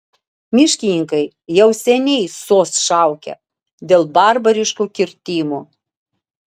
miškininkai jau seniai sos šaukia dėl barbariškų kirtimų